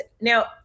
Now